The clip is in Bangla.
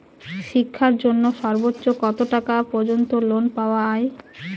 শিক্ষার জন্য সর্বোচ্চ কত টাকা পর্যন্ত লোন পাওয়া য়ায়?